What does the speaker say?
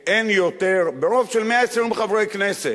ברוב של 120 חברי כנסת,